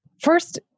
first